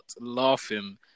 laughing